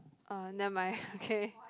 uh never mind okay